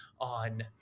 on